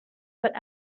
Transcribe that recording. but